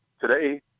today